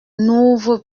n’ouvre